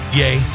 yay